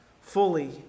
fully